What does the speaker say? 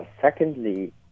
Secondly